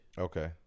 Okay